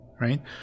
right